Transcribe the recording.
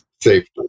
safety